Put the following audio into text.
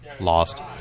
Lost